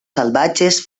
salvatges